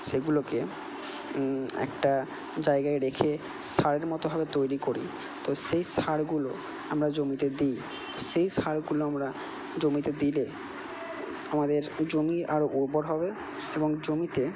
সেগুলোকে একটা জায়গায় রেখে সারের মতোভাবে তৈরি করি তো সেই সারগুলো আমরা জমিতে দিই সেই সারগুলো আমরা জমিতে দিলে আমাদের জমি আরও উর্বর হবে এবং জমিতে